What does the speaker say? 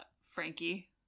frankie